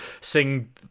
sing